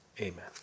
amen